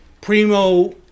primo